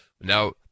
now